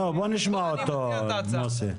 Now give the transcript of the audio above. בוא נשמע אותו מוסי.